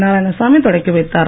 நாராயணசாமி தொடக்கி வைத்தார்